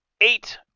eight